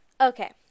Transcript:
Okay